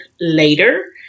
later